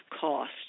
cost